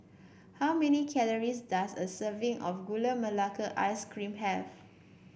how many calories does a serving of Gula Melaka Ice Cream have